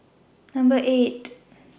Number eight